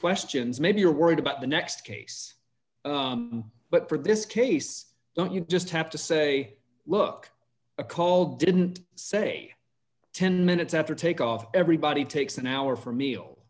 questions maybe you're worried about the next case but for this case don't you just have to say look a call didn't say ten minutes after take off everybody takes an hour for meal